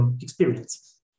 experience